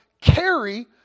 carry